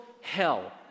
hell